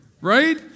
Right